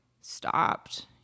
stopped